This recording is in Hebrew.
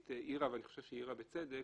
העירה ואני חושב שהיא העירה בצדק,